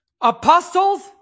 apostles